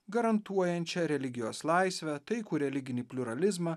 garantuojančia religijos laisvę taikų religinį pliuralizmą